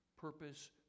purpose